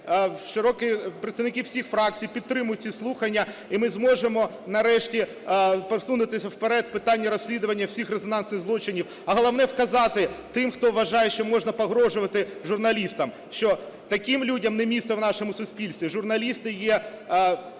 колеги, представники всіх фракцій, підтримають ці слухання, і ми зможемо нарешті просунутися вперед в питанні розслідування всіх резонансних злочинів. А головне, вказати тим, хто вважає, що можна погрожувати журналістам, що таким людям не місце в нашому суспільстві,